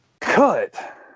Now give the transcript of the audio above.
Cut